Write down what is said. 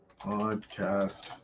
Podcast